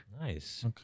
Nice